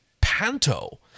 panto